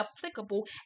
applicable